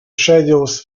schedules